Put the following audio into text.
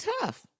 tough